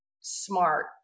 smart